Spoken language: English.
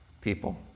people